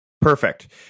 Perfect